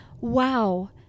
Wow